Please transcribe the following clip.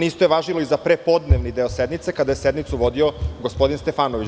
Isto je važilo i za prepodnevni deo sednice, kada je sednicu vodio gospodin Stefanović.